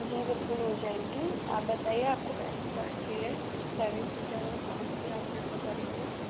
जी बिल्कुल हो जाएगी आप बताइए आपको कैसी गाड़ी चाहिए सेवन सीटर वली कौनसी आप प्रेफर करेंगे